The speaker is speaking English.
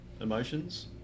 emotions